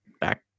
back